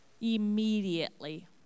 Immediately